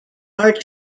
are